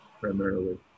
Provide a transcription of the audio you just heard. primarily